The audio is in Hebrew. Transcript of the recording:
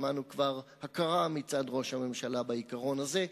שמענו כבר הכרה מצד ראש הממשלה בעיקרון הזה.